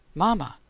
mama!